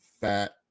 fat